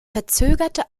verzögerte